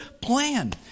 plan